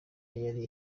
yari